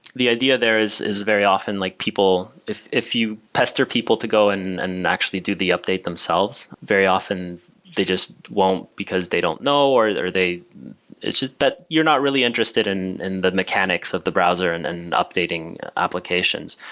the idea there is is very often, like people, if if you pester people to go and and actually do the update themselves, very often they just won't, because they don't know, or they it's just that you're not really interested in in the mechanics of the browser and and updating applications.